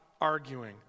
arguing